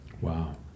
Wow